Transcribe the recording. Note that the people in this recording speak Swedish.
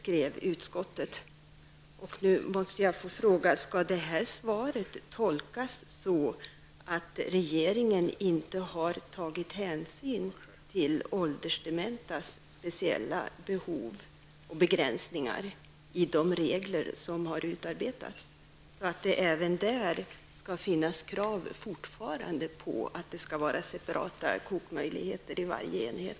Nu måste jag fråga om svaret skall tolkas så, att regeringen vid utarbetandet av reglerna inte har tagit hänsyn till åldersdementas speciella behov och begränsningar. Finns det fortfarande krav på att det skall finnas separata kokmöjligheter i varje enhet?